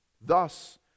Thus